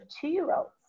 two-year-olds